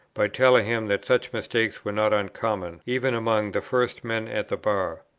by telling him that such mistakes were not uncommon, even among the first men at the bar.